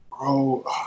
Bro